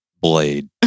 Blade